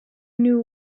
new